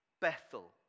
Bethel